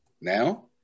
Now